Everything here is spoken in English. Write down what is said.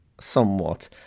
somewhat